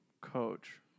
coach